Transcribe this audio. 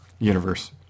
universe